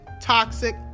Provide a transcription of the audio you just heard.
toxic